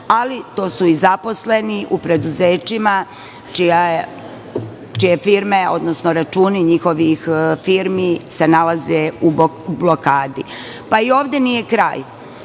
ali to su i zaposleni u preduzećima čije firme, odnosno računi njihovih firmi se nalaze u blokadi. I ovde nije kraj.